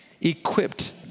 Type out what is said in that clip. equipped